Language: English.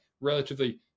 relatively